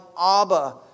Abba